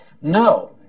No